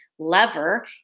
lever